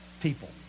people